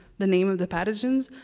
the name of the pathogens,